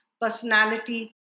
personality